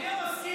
אדוני המזכיר,